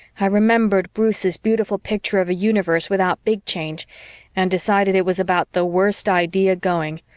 i remembered bruce's beautiful picture of a universe without big change and decided it was about the worst idea going.